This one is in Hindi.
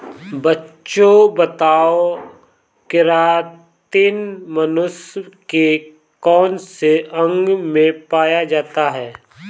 बच्चों बताओ केरातिन मनुष्य के कौन से अंग में पाया जाता है?